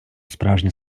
справжня